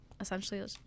essentially